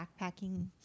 backpacking